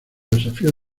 desafíos